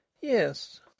Yes